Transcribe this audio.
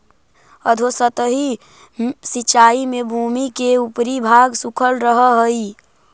अधोसतही सिंचाई में भूमि के ऊपरी भाग सूखल रहऽ हइ